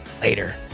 later